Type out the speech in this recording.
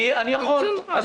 אני יכול.